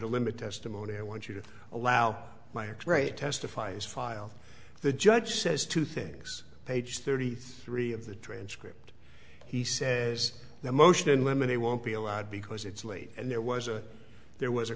to limit testimony i want you to allow my right testify is filed the judge says two things page thirty three of the transcript he said as the motion in limine they won't be allowed because it's late and there was a there was a